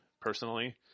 personally